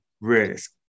risk